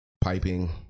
Piping